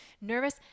nervous